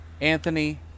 Anthony